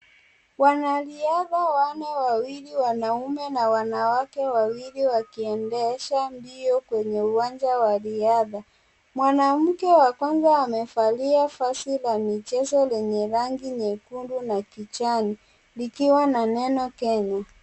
Wanariadha wanne wawili wanaume na wanawake wawili wakiendesha mbio kwenye uwanja wa riadha. Mwanamke wa kwanza amevalia vazi na michezo lenye rangi nyekundu na kijani. Likiwa na neno Kenya.